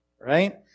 right